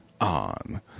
on